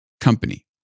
company